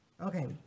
Okay